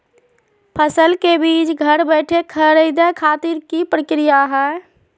फसल के बीज घर बैठे खरीदे खातिर की प्रक्रिया हय?